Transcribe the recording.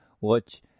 watch